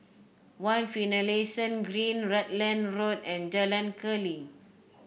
One Finlayson Green Rutland Road and Jalan Keli